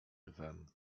lwem